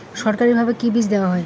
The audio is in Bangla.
সরকারিভাবে কি বীজ দেওয়া হয়?